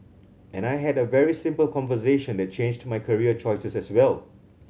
and I had a very simple conversation that changed my career choices as well